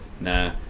Nah